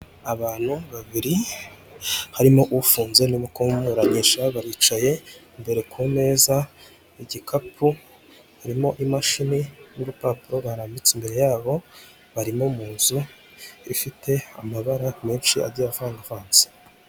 Abantu babiri harimo ufunze nuri kumuburanisha baricaye imbere ku meza igikapu harimo imashini n'urupapuro barambitse imbere yabo barimo mu nzu ifite amabara menshi agiye avangavanze.